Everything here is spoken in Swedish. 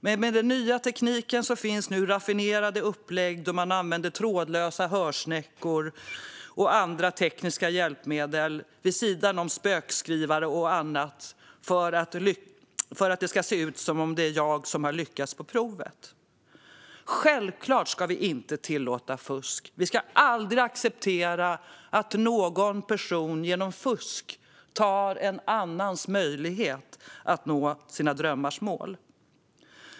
Men med den nya tekniken finns nu raffinerade upplägg med trådlösa hörsnäckor och andra tekniska hjälpmedel, vid sidan om spökskrivare och annat, för att det ska se ut som att det är jag som har lyckats på provet. Självklart ska vi inte tillåta fusk. Vi ska aldrig acceptera att någon person genom fusk tar en annans möjlighet att nå sina drömmars mål.